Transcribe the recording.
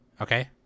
Okay